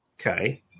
Okay